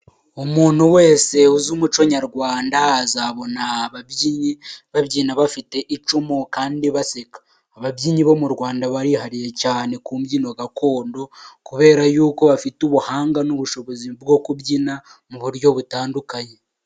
Umuntu wese uzi umuco nyarwanda azabona ababyinnyi babyina bafite icumu kandi baseka, ababyinnyi bo mu Rwanda barihariye cyane ku mbyino gakondo, kubera y’ uko bafite ubuhanga n' ubushobozi bwo kubyina mu buryo butandukanye.